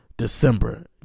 December